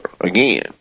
again